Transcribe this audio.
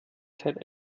zeit